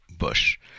Bush